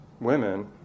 women